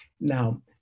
Now